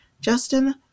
Justin